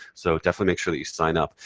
so definitely make sure that you sign up.